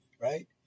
right